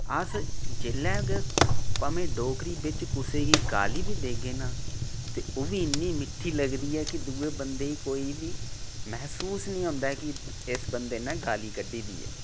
अस जेल्लै भामें डोगरी बिच गाली बी देगे न ते ओह् बी इन्नी मिट्ठी लगदी ऐ की दुए बंदे ई कोई बी मैह्सूस निं होंदी ऐ की इस बंदे नै गाली